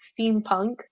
steampunk